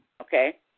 Okay